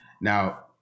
Now